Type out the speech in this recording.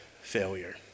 failure